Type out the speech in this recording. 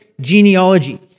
genealogy